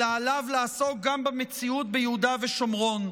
אלא עליו לעסוק גם במציאות ביהודה ושומרון.